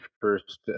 first